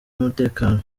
w’umutekano